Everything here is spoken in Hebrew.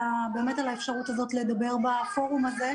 באמת על האפשרות הזאת לדבר בפורום הזה.